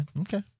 okay